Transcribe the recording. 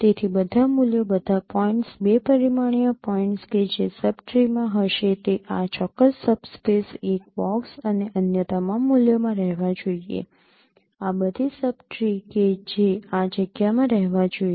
તેથી બધા મૂલ્યો બધા પોઇન્ટ્સ બે પરિમાણીય પોઇન્ટ્સ કે જે સબ ટ્રીમાં હશે તે આ ચોક્કસ સબ સ્પેસ એક બોક્સ અને અન્ય તમામ મૂલ્યોમાં રહેવા જોઈએ આ બધી સબ ટ્રી કે જે આ જગ્યામાં રહેવા જોઈએ